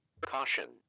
Caution